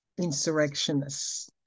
insurrectionists